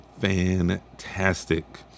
fantastic